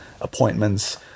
appointments